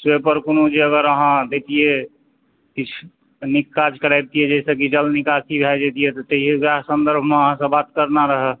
से ओहिपर कोनो भी जे अगर आहाँ देतियै किछु नीक काज करैबतियै जाहिसँ कि जल निकासी भए जइतियै तऽ ओएह सन्दर्भमे अहाँसँ बात करना रहऽ